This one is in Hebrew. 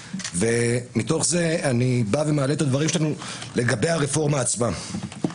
ומתוך זה אני מעלה את הדברים שלנו לגבי הרפורמה עצמה.